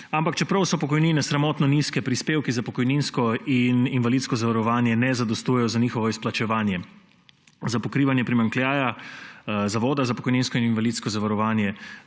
Ampak čeprav so pokojnine sramotno nizke, prispevki za pokojninsko in invalidsko zavarovanje ne zadostujejo za njihovo izplačevanje. Za pokrivanje primanjkljaja Zavoda za pokojninsko in invalidsko zavarovanje